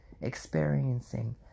experiencing